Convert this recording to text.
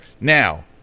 Now